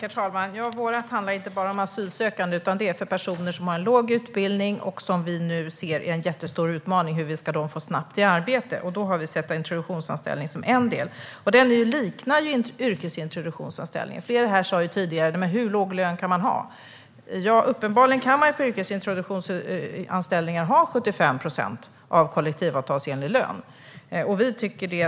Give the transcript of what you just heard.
Herr talman! Vårt förslag handlar inte bara om asylsökande utan om alla som har låg utbildning. Det är en stor utmaning hur vi snabbt ska få dem i arbete. Vi ser introduktionsanställning som en möjlighet. Introduktionsanställningen liknar yrkesintroduktionsanställningen. Flera har tidigare frågat: Hur låg lön kan man ha? På yrkesintroduktionsanställning kan man uppenbarligen ha 75 procent av kollektivavtalsenlig lön.